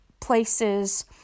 places